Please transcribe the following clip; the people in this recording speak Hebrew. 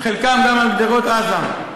חלקן גם על גדרות עזה.